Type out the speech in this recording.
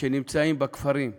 שנמצאים בכפרים הלא-יהודיים,